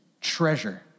treasure